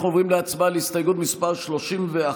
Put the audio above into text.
אנחנו עוברים להצבעה על הסתייגות מס' 31,